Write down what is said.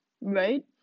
right